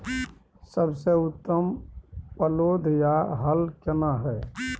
सबसे उत्तम पलौघ या हल केना हय?